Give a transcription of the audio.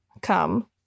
come